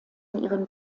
ihren